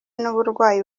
n’uburwayi